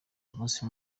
umunsi